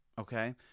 Okay